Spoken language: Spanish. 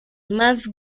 más